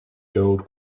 gold